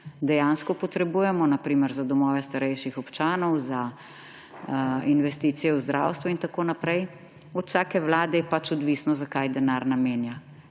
dejansko potrebujemo, na primer za domove starejših občanov, za investicije v zdravstvu in tako naprej. Od vsake vlade je pač odvisno, za kaj denar namenja.